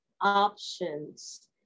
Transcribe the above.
options